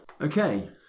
okay